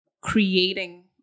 creating